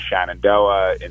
Shenandoah